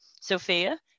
Sophia